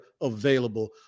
available